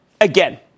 Again